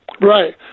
Right